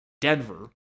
Denver